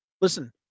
listen